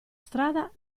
strada